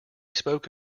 spoke